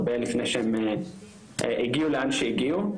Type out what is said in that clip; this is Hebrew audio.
הרבה לפני שהם הגיעו לאן שהגיעו.